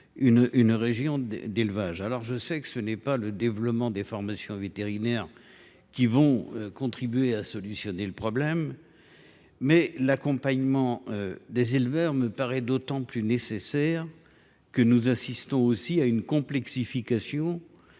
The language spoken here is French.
une région d’élevage. Certes, je sais que ce n’est pas le développement des formations vétérinaires qui contribuera à résoudre le problème, mais l’accompagnement des éleveurs me paraît d’autant plus nécessaire que nous assistons à une complexification des